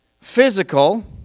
physical